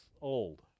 old